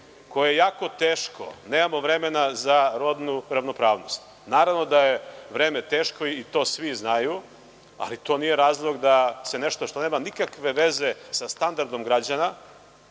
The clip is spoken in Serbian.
koje je jako teško, nemamo vremena za rodnu ravnopravnost. Naravno da je vreme teško i to svi znaju, ali to nije razlog da se nešto što nema nikakve veze sa standardom građana